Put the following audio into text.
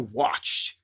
watched